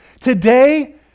Today